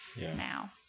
now